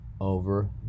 over